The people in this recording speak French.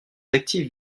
actifs